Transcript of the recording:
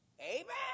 Amen